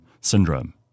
syndrome